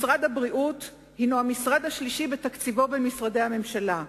משרד הבריאות הוא המשרד השלישי במשרדי הממשלה בתקציבו.